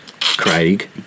Craig